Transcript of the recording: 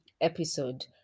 episode